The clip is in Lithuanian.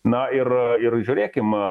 na ir ir žiūrėkim